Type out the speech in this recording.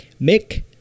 Mick